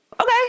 okay